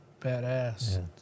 Badass